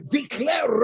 Declare